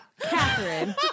Catherine